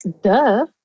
Duh